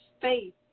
faith